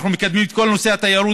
אני מזמין את כל אזרחי מדינת ישראל